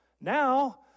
Now